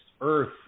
earth